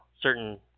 certain